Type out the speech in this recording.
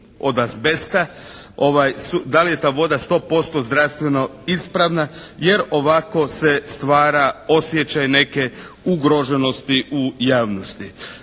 od azbesta, da li je ta voda 100% zdravstveno ispravna jer ovako se stvara osjećaj neke ugroženosti u javnosti.